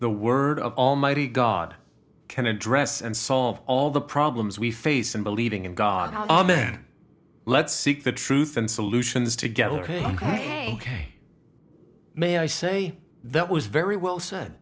the word of almighty god can address and solve all the problems we face in believing in god let's seek the truth and solutions to get ok ok may i say that was very well said